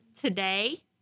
today